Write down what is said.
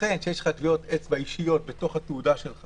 לכן כשיש לך טביעות אצבע אישיות בתוך התעודה שלך